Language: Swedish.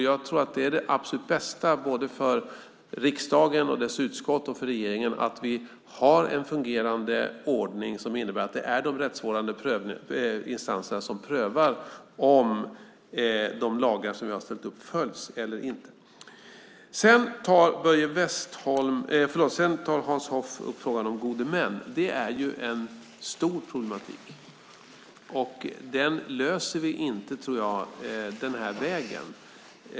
Jag tror att det är det absolut bästa, både för riksdagen och dess utskott och för regeringen, att vi har en fungerande ordning som innebär att det är de rättsvårdande instanserna som prövar om de lagar vi har ställt upp följs eller inte. Sedan tar Hans Hoff upp frågan om gode män. Det är en stor problematik, och den tror jag inte att vi löser den här vägen.